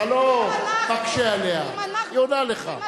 אתה לא מקשה עליה, היא עונה לך.